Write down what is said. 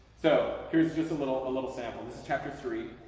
so here's just a little little sample. this is chapter three,